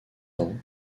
ans